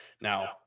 now